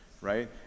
Right